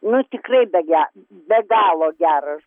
nu tikrai be ge be galo geras